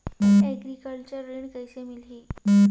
Agriculture ऋण कइसे मिलही?